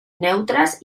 neutres